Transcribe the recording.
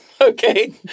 okay